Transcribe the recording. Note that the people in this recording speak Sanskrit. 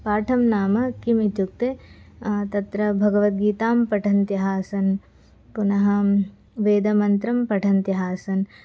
पाठं नाम किम् इत्युक्ते तत्र भगवद्गीतां पठन्तः आसन् पुनः वेदमन्त्रं पठन्तः आसन्